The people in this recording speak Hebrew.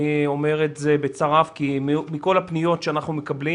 אני אומר את זה בצער רב כי מכל הפניות שאנחנו מקבלים